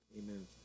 Amen